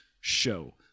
show